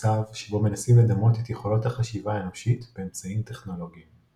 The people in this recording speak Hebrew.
למצב שבו מנסים לדמות את יכולות החשיבה האנושית באמצעים טכנולוגיים.